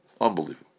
Unbelievable